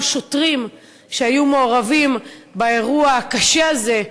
שוטרים שהיו מעורבים באירוע הקשה הזה,